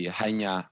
hanya